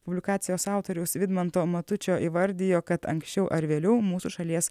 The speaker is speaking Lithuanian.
publikacijos autoriaus vidmanto matučio įvardijo kad anksčiau ar vėliau mūsų šalies